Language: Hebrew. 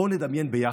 בואו נדמיין ביחד,